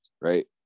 right